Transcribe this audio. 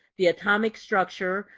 the atomic structure.